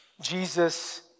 Jesus